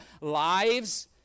lives